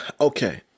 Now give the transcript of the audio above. Okay